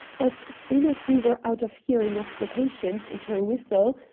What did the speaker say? as soon as we were out of hearing of the patience and her whistle,